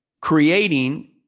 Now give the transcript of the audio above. creating